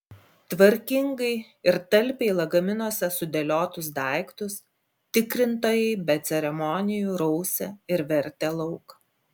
tvarkingai ir talpiai lagaminuose sudėliotus daiktus tikrintojai be ceremonijų rausė ir vertė lauk